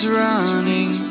running